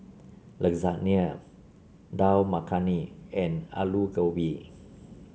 Lasagna Dal Makhani and Alu Gobi